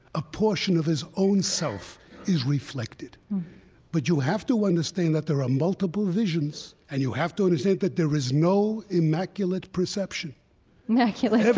a portion of his own self is reflected but you have to understand that there are multiple visions, and you have to understand that there is no immaculate perception immaculate perception.